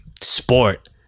Sport